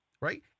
Right